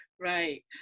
Right